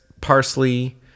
parsley